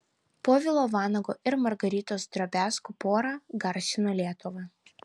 povilo vanago ir margaritos drobiazko pora garsino lietuvą